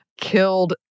killed